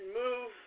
move